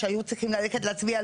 שהיו צריכים ללכת להצביע,